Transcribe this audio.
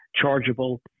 chargeable